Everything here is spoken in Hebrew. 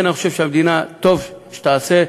אני חושב שהמדינה טוב תעשה,